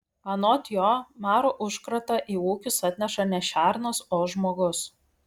anot jo maro užkratą į ūkius atneša ne šernas o žmogus